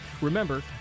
Remember